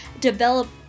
develop